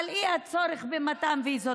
לאי-צורך במתן ויזות.